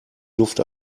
luft